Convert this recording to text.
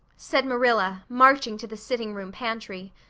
said marilla, marching to the sitting room pantry.